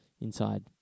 inside